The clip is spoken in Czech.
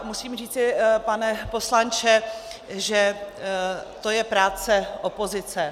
Musím říci, pane poslanče, že to je práce opozice.